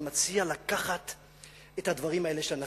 אנחנו חברה מאוד מגוונת, המפלגה הכי מגוונת בעולם.